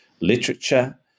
literature